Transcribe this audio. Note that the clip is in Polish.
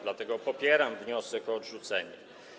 Dlatego popieram wniosek o jej odrzucenie.